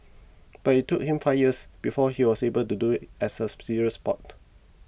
but it took him five years before he was able to do it as a serious sport